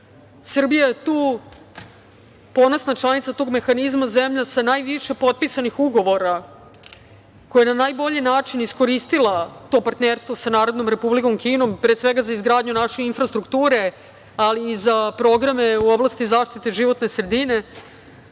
Srbija je tu ponosna članica tog mehanizma, zemlja sa najviše potpisanih ugovora koja je na najbolji način iskoristila to partnerstvo sa Narodnom Republikom Kinom, pre svega za izgradnju naše infrastrukture, ali i za programe u oblasti zaštite životne sredine,